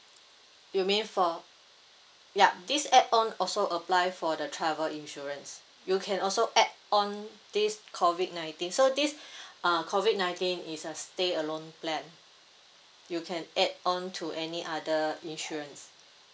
you mean for ya this add on also apply for the travel insurance you can also add on this COVID nineteen so this uh COVID nineteen is a stay alone plan you can add on to any other insurance